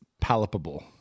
palpable